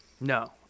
No